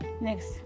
next